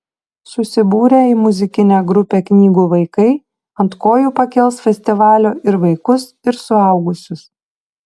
susibūrę į muzikinę grupę knygų vaikai ant kojų pakels festivalio ir vaikus ir suaugusius